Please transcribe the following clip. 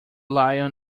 lion